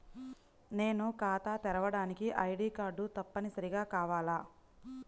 నేను ఖాతా తెరవడానికి ఐ.డీ కార్డు తప్పనిసారిగా కావాలా?